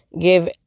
give